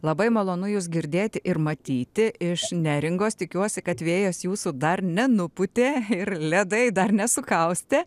labai malonu jus girdėti ir matyti iš neringos tikiuosi kad vėjas jūsų dar nenupūtė ir ledai dar nesukaustė